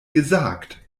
gesagt